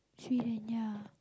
Sweden yeah